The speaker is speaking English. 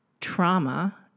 trauma